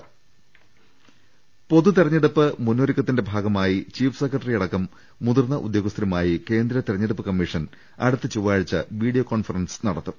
രദേവ്ട്ട്ട്ട്ട്ട്ട പൊതുതെരഞ്ഞെടുപ്പ് മുന്നൊരുക്കത്തിന്റെ ഭാഗമായി ചീഫ് സെക്രട്ടറി യടക്കം മുതിർന്ന ഉദ്യോഗസ്ഥരുമായി കേന്ദ്ര തെരഞ്ഞെടുപ്പ് കമ്മീഷൻ അടുത്ത ചൊവ്വാഴ്ച വീഡിയോ കോൺഫറൻസ് നടത്തും